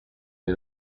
you